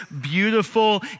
beautiful